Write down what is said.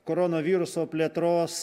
koronaviruso plėtros